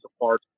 apart